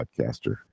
podcaster